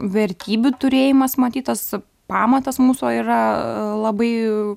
vertybių turėjimas matyt tas pamatas mūsų yra labai